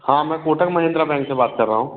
हाँ मैं कोटक महिंद्रा बैंक से बात कर रहा हूँ